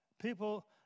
People